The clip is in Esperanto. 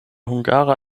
hungara